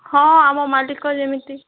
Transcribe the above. ହଁ ଆମ ମାଲିକ ଯେମିତି